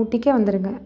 ஊட்டிக்கே வந்துடுங்க